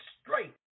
straight